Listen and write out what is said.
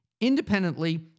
Independently